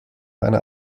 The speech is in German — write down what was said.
einer